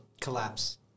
collapse